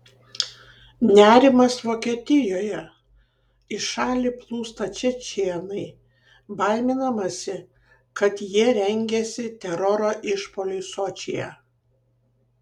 nerimas vokietijoje į šalį plūsta čečėnai baiminamasi kad jie rengiasi teroro išpuoliui sočyje